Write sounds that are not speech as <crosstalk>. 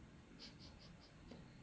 <laughs>